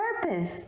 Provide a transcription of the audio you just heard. purpose